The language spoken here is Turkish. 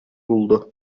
buldu